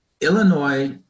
Illinois